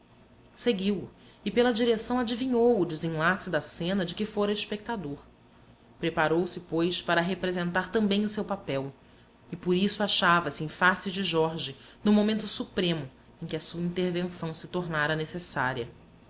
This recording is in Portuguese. seguiu-o e pela direção adivinhou o desenlace da cena de que fora espectador preparou-se pois para representar também o seu papel e por isso achava-se em face de jorge no momento supremo em que a sua intervenção se tornara necessária